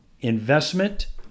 investment